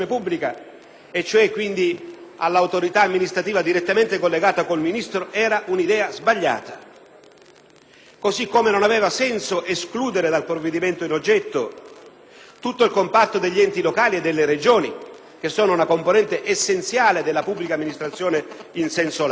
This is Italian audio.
quindi all'autorità amministrativa direttamente collegata con il Ministro, era sbagliata; così come non aveva senso escludere dal provvedimento in oggetto tutto il comparto degli enti locali e delle Regioni, che sono una componente essenziale della pubblica amministrazione in senso lato.